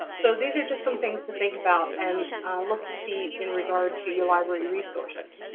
so these are just some things to think about and look to see in regard to your library resources.